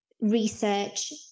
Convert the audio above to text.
research